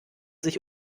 sich